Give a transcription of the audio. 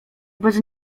bez